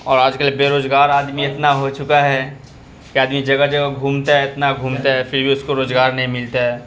اور آج کل بیروزگار آدمی اتنا ہو چکا ہے کہ آدمی جگہ جگہ گھومتا ہے اتنا گھومتا ہے پھر بھی اس کو روزگار نہیں ملتا ہے